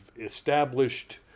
established